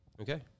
Okay